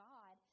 God